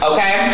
Okay